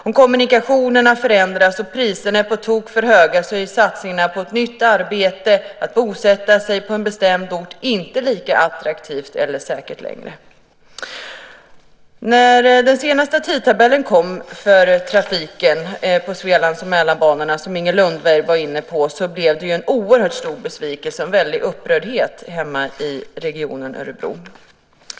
Om kommunikationerna förändras och priserna är på tok för höga är satsningarna på ett nytt arbete och att bosätta sig på en bestämd ort inte lika attraktivt eller säkert längre. När den senaste tidtabellen kom för trafiken på Svealands och Mälarbanorna, som Inger Lundberg var inne på, blev det en oerhört stor besvikelse och upprördhet i regionen Örebro.